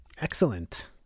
Excellent